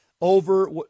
over